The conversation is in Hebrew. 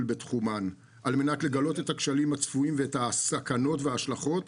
בתחומן על מנת לגלות את הכשלים הצפויים ואת הסכנות וההשלכות,